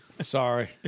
Sorry